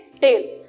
tail